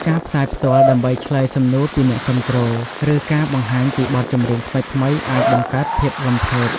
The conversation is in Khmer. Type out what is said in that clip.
ការផ្សាយផ្ទាល់ដើម្បីឆ្លើយសំណួរពីអ្នកគាំទ្រ ឬការបង្ហាញពីបទចម្រៀងថ្មីៗ អាចបង្កើតភាពរំភើប។